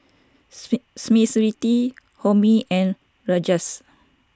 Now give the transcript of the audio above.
Smriti Homi and Rajesh